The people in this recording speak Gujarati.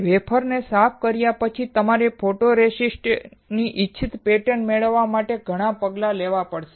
વેફર ને સાફ કર્યા પછી તમારે ફોટોરેસિસ્ટ ની ઇચ્છિત પેટર્ન મેળવવા માટે ઘણા પગલાં ભરવા પડશે